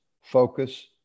focus